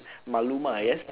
maluma yes